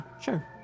sure